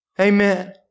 Amen